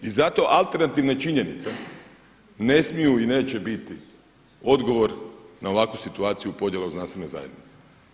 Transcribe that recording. I zato alternativne činjenice ne smiju i neće biti odgovor na ovakvu situaciju podjela u znanstvenoj zajednici.